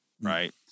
right